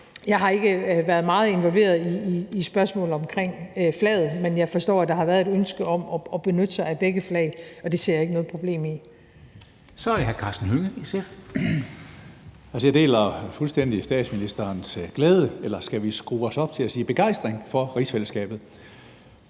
Jeg har ikke været meget involveret i spørgsmålet omkring flaget, men jeg forstår, at der har været et ønske om at benytte sig af begge flag, og det ser jeg ikke noget problem i. Kl. 13:56 Formanden (Henrik Dam Kristensen): Så er det hr. Karsten Hønge, SF. Kl. 13:57 Karsten Hønge (SF): Jeg deler fuldstændig statsministerens glæde – eller skal vi skrue os op til at sige begejstring – for rigsfællesskabet.